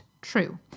true